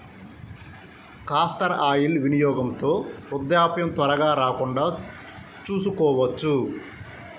castor oil వినియోగంతో వృద్ధాప్యం త్వరగా రాకుండా చూసుకోవచ్చు